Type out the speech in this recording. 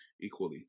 equally